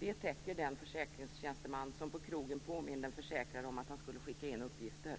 Det täcker den försäkringstjänsteman som på krogen påminde en försäkrad om att han skulle skicka in uppgifter.